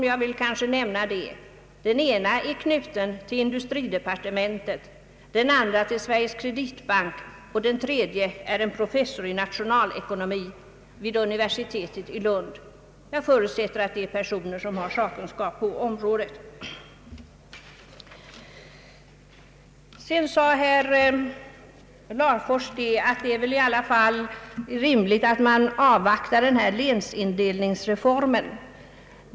Jag vill nämna att en av experterna är knuten till industridepartementet, en till Sveriges Kreditbank, och den tredje är professor i nationalekonomi vid universitetet i Lund. Jag förutsätter att detta är personer med sakkunskap på området. Herr Larfors sade att det väl i alla fall är rimligt att man avvaktar länsindelningsreformen.